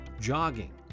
jogging